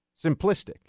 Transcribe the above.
simplistic